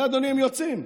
תראה, אדוני, הם יוצאים.